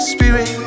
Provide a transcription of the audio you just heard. Spirit